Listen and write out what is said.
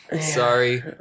sorry